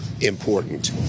important